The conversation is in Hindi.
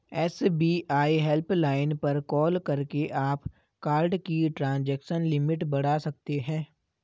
एस.बी.आई हेल्पलाइन पर कॉल करके आप कार्ड की ट्रांजैक्शन लिमिट बढ़ा सकते हैं